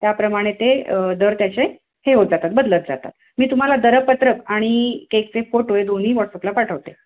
त्याप्रमाणे ते दर त्याचे हे होत जातात बदलत जातात मी तुम्हाला दरपत्रक आणि केकचे फोटो हे दोन्ही वॉट्सअपला पाठवते